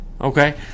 okay